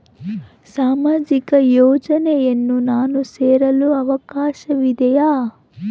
ಸಾಮಾಜಿಕ ಯೋಜನೆಯನ್ನು ನಾನು ಸೇರಲು ಅವಕಾಶವಿದೆಯಾ?